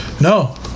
No